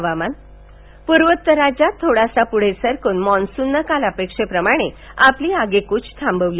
हवामानः प्र्वोतर राज्यात थोडासा प्ढे सरकून मान्सूननं काल अपेक्षेप्रमाणे आपली आगेक्च थांबवली